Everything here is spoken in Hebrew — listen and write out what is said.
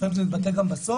לפעמים זה מתבטא גם בסוף.